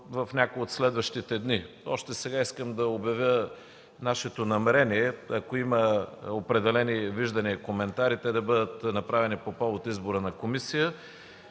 в някои от следващите дни. Още сега искам да обявя нашето намерение. Ако има определени виждания и коментари, те да бъдат направени по повод избора на комисия.